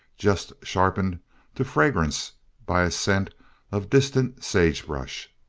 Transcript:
just sharpened to fragrance by a scent of distant sagebrush.